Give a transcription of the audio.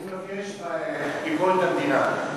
אני מבקש ביקורת המדינה.